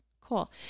Cool